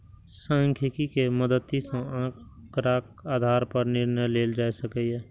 सांख्यिकी के मदति सं आंकड़ाक आधार पर निर्णय लेल जा सकैए